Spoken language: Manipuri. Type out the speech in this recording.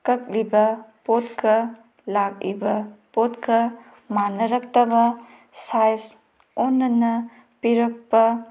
ꯀꯛꯂꯤꯕ ꯄꯣꯠꯀ ꯂꯥꯛꯏꯕ ꯄꯣꯠꯀ ꯃꯥꯟꯅꯔꯛꯇꯕ ꯁꯥꯏꯁ ꯑꯣꯟꯅꯅ ꯄꯤꯔꯛꯄ